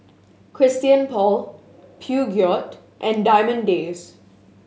Christian Paul Peugeot and Diamond Days